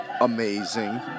amazing